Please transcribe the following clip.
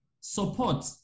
support